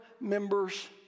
members